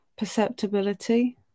perceptibility